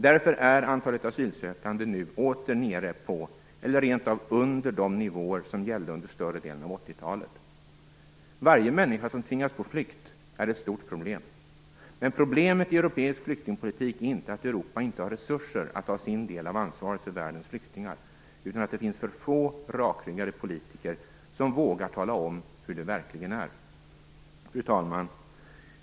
Därför är antalet asylsökande nu åter nere på eller rent av under de nivåer som gällde under större delen av 80-talet. Varje människa som tvingas på flykt är ett stort problem. Problemet i europeisk flyktingpolitik är inte att Europa inte har resurser att ta sin del av ansvaret för världens flyktingar, utan att det finns för få rakryggade politiker som vågar tala om hur det verkligen är. Fru talman!